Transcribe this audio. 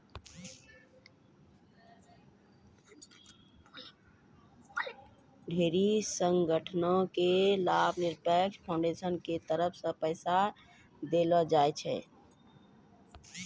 ढेरी संगठनो के लाभनिरपेक्ष फाउन्डेसन के तरफो से पैसा सेहो देलो जाय छै